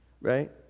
right